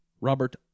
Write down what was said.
Robert